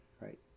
right